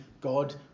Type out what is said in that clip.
God